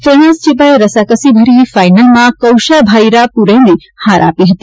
ફ્રેનાઝ છીપાએ રસાકસીભર્યા ફાઇનલમાં કૌશા ભાઇરાપુરેને હાર આપી હતી